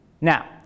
now